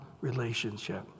relationship